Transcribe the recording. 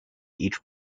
each